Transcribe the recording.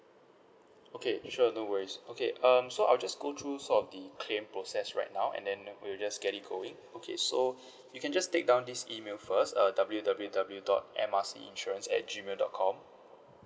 okay sure no worries okay um so I'll just go through sort of the claim process right now and then we will just get it going okay so you can just take down this email first uh W W W dot M R C insurance at Gmail dot com